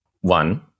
one